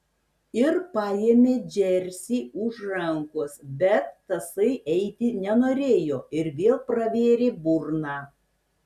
ir paėmė džersį už rankos bet tasai eiti nenorėjo ir vėl pravėrė burną